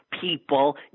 people